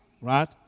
right